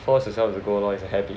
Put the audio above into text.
force yourself to go lor it's a habit